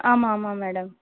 ஆமாம் ஆமாம் மேடம்